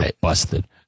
busted